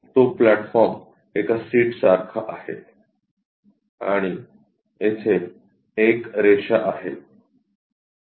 तो प्लॅटफॉर्म एका सीट सारखा आहे आणि येथे एक रेषा आहे